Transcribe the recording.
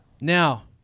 Now